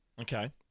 Okay